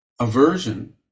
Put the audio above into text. aversion